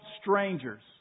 strangers